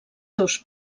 seus